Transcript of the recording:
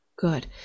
Good